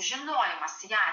žinojimas ją